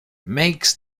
makes